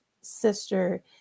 sister